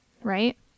right